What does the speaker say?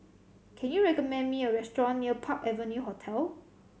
can you recommend me a restaurant near Park Avenue Hotel